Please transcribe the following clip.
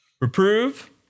reprove